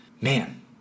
man